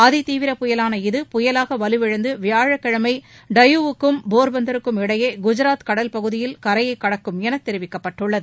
அதிதீவிர புயலான இது புயலாக வலுவிழந்து வியாழக்கிழமை டையூவுக்கும் போர்பந்தருக்கும் இடையே குஜராத் கடல் பகுதியில் கரையை கடக்கும் என தெரிவிக்கப்பட்டுள்ளது